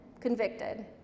convicted